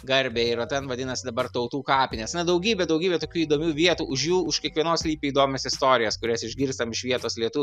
garbei yra ten vadinasi dabar tautų kapinės na daugybė daugybė tokių įdomių vietų už jų už kiekvienos slypi įdomios istorijos kurias išgirstam iš vietos lietu